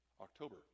october